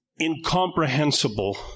incomprehensible